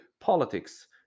politics